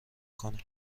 کنیم